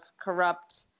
corrupt